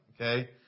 okay